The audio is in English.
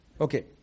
Okay